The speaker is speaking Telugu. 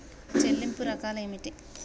చెల్లింపు రకాలు ఏమిటి?